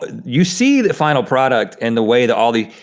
ah you see the final product and the way that all the,